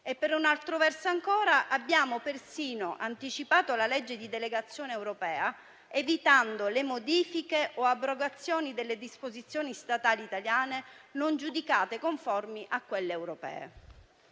per un altro verso ancora abbiamo persino anticipato la legge di delegazione europea, evitando le modifiche o le abrogazioni delle disposizioni statali italiane non giudicate conformi a quelle europee.